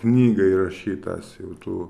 knygą įrašytas jau tų